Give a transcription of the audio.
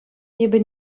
эпӗ